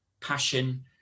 passion